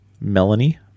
Melanie